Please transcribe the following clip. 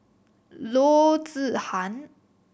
Loo Zihan